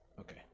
Okay